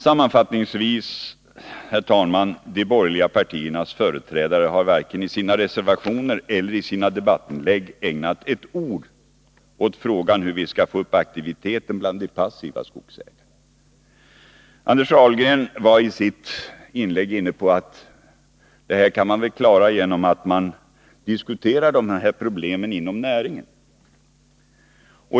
Sammanfattningsvis, herr talman: De borgerliga partiernas företrädare har varken i sina reservationer eller i sina debattinlägg ägnat ett ord åt frågan hur vi skall få upp aktiviteten bland de passiva skogsägarna. Anders Dahlgren var i sitt inlägg inne på att man väl kan klara det genom att man diskuterar dessa problem med näringen.